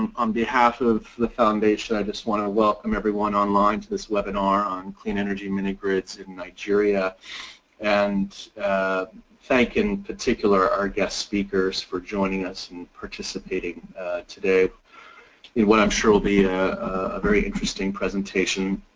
um on behalf of the foundation i just want to welcome everyone online to this webinar on clean energy mini-grids in nigeria and thank in particular our guest speakers for joining us and participating today in what i'm sure will be a very interesting presentation.